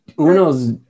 Uno's